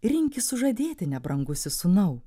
rinkis sužadėtinę brangusis sūnau